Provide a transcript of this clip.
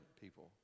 people